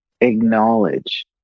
acknowledge